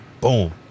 Boom